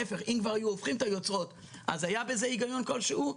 רצינו גם להקצות לנכים הקשישים,